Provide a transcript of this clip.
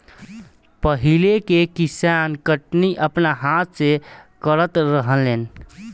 पहिले के किसान कटनी अपना हाथ से करत रहलेन